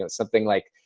and something like,